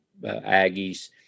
Aggies